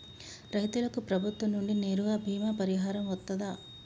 రైతులకు ప్రభుత్వం నుండి నేరుగా బీమా పరిహారం వత్తదా?